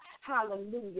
Hallelujah